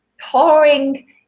pouring